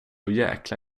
jäkla